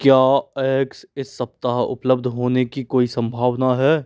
क्या एग्स इस सप्ताह उपलब्ध होने की कोई संभावना है